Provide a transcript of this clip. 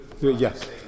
Yes